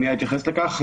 מייד אני אתייחס לכך.